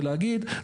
ולהגיד,